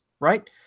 Right